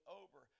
over